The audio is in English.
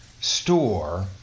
store